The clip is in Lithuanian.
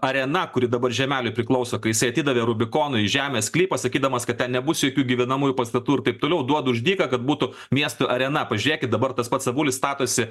arena kuri dabar žiemeliui priklauso kai jisai atidavė rubikonui žemės sklypą sakydamas kad ten nebus jokių gyvenamųjų pastatų ir taip toliau duodu už dyką kad būtų miestui arena pažiūrėkit dabar tas pats avulis statosi